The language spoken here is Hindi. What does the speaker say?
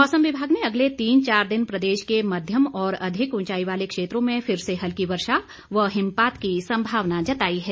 मौसम विभाग ने अगले तीन चार दिन प्रदेश के मध्यम और अधिक ऊंचाई वाले क्षेत्रों में फिर से हल्की वर्षा व हिमपात की संभावना जताई है